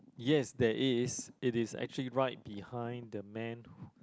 yes there is it is actually right behind the man